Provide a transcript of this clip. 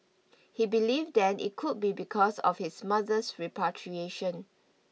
he believed then it could be because of his mother's repatriation